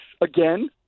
Again